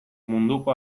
munduko